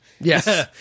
Yes